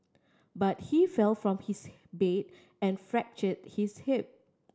but he fell from his bed and fractured his hip